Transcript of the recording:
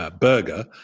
burger